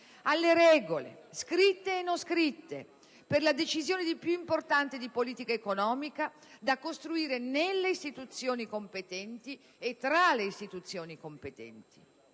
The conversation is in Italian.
sulle regole, scritte e non scritte, per la decisione più importante di politica economica, da costruire nelle istituzioni competenti e tra di esse.